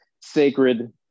sacred